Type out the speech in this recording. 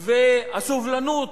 והסובלנות